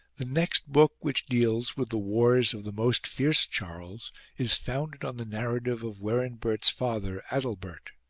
the next book which deals with the wars of the most fierce charles is founded on the narrative of werinbert's father, adalbert.